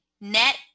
net